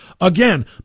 Again